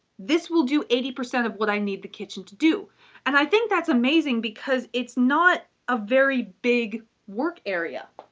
this will do eighty percent of what i need the kitchen to do and i think that's amazing because it's not a very big work area.